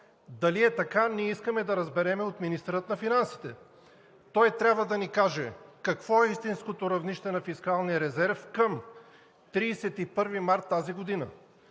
Дали е така, ние искаме да разберем от министъра на финансите. Той трябва да ни каже какво е истинското равнище на фискалния резерв към 31 март тази година.